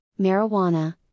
marijuana